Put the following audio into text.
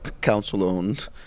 council-owned